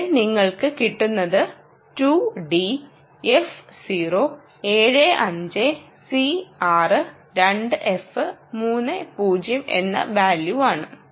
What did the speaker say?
ഇവിടെ നിങ്ങൾക്ക് കിട്ടുന്നത് 2D F0 7 5 C 6 2 F 3 0 എന്ന വാല്യം ആണ്